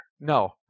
no